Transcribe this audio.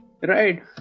Right